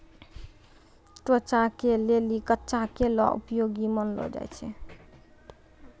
त्वचा के लेली कच्चा केला उपयोगी मानलो जाय छै